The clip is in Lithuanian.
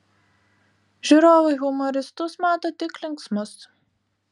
žiūrovai humoristus mato tik linksmus